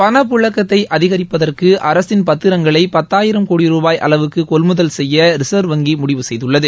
பணப்பழக்கத்தை அதிகிப்பதற்கு அரசின் பத்திரங்களை பத்தாயிரம் கோடி ரூபாய் அளவுக்கு கொள்முதல் செய்ய ரிசர்வ் வங்கி முடிவு செய்துள்ளது